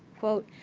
quote,